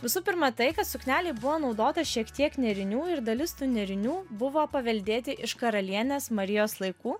visų pirma tai kad suknelė buvo naudota šiek tiek nėrinių ir dalis tų nėrinių buvo paveldėti iš karalienės marijos laikų